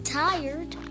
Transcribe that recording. tired